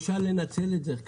אפשר לנצל את זה.